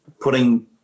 putting